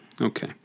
okay